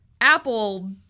apple